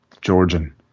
Georgian